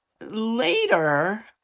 later